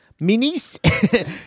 Minis